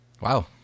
Wow